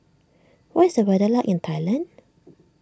what is the weather like in Thailand